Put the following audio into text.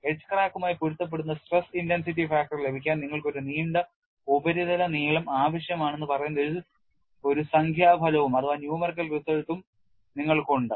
edge ക്രാക്കുമായി പൊരുത്തപ്പെടുന്ന stress intensity factor ലഭിക്കാൻ നിങ്ങൾക്ക് ഒരു നീണ്ട ഉപരിതല നീളം ആവശ്യമാണെന്ന് പറയുന്ന ഒരു സംഖ്യാ ഫലവും നിങ്ങൾക്കുണ്ട്